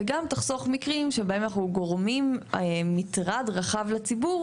וגם תחסוך מקרים שבהם אנחנו גורמים מטרד רחב לציבור,